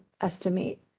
Estimate